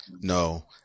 No